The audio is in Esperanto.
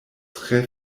tre